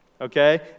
okay